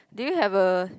do you have a